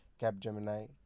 Capgemini